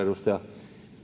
edustaja